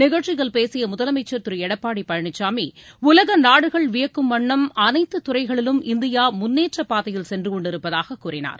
நிகழ்ச்சியில் பேசிய முதலமைச்ர் திரு எடப்பாடி பழனிசாமி உலக நாடுகள் வியக்கும் வண்ணம் அனைத்து துறைகளிலும் இந்தியா முன்னேற்ற பாதையில் சென்றுகொண்டிருப்பதாக கூறினார்